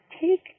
take